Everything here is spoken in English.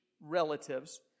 relatives